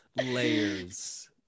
Layers